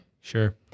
Sure